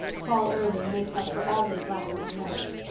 paul irving makes up for all that is lacking in the others.